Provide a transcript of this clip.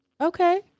Okay